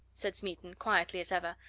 said smeaton, quietly as ever.